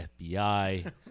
FBI